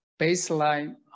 baseline